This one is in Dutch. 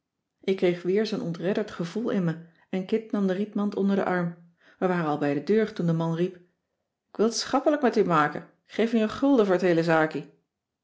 ik kreeg weer zoo'n ontredderd gevoel in me en kit nam de rietmand onder den arm we waren al bij de deur toen de man riep ik wil t schappelijk met u make ik geef u een gulden voor t heele zakie